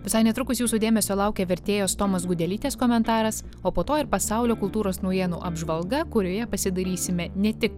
visai netrukus jūsų dėmesio laukia vertėjos tomos gudelytės komentaras o po to ir pasaulio kultūros naujienų apžvalga kurioje pasidairysime ne tik